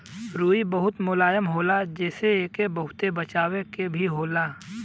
रुई बहुत मुलायम होला जेसे एके बहुते बचावे के भी होला